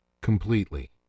completely